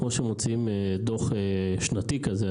כמו שמוציאים דוח שנתי כזה?